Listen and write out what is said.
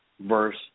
verse